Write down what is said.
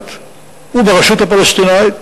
הפלסטינית וברשות הפלסטינית